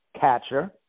catcher